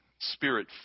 spirit